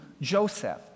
Joseph